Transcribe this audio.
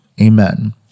amen